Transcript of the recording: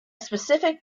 specific